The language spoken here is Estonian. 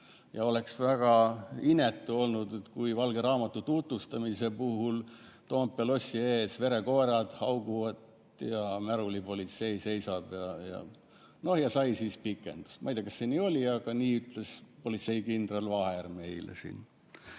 Oleks väga inetu olnud, kui valge raamatu tutvustamise puhul Toompea lossi ees verekoerad hauguvad ja märulipolitsei seisab. Noh, sai siis pikendust. Ma ei tea, kas see nii oli, aga seda ütles politseikindral Vaher meile